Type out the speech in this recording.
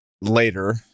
later